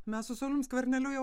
mes su saulium skverneliu jau